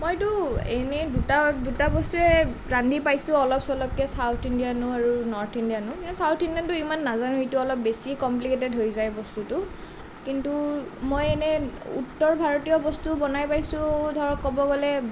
মইতো এনেই দুটা দুটা বস্তুৱে ৰান্ধি পাইছোঁ অলপ চলপকৈ ছাউঠ ইণ্ডিয়ানো আৰু নৰ্থ ইণ্ডিয়ানো ইনেই ছাউঠ ইণ্ডিয়ানটো ইমান নাজানো সেইটো অলপ বেছি নাজানো অলপ বেছিয়েই কমপ্লিকেটেড হৈ যায় বস্তুটো কিন্তু মই এনেই উত্তৰ ভাৰতীয় বস্তু বনাই পাইছোঁ ধৰক ক'ব গ'লে